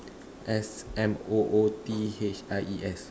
S M O O T H I E S